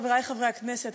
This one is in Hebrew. חברי חברי הכנסת,